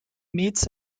meets